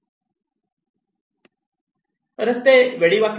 रस्ते वेडीवाकडी आहेत